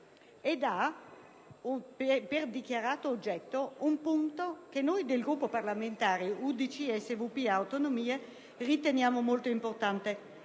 ed ha per dichiarato oggetto un punto che noi del Gruppo parlamentare UDC-SVP-Autonomie riteniamo molto importante: